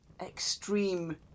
extreme